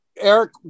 Eric